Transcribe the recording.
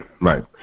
right